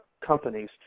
companies